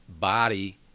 body